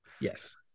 Yes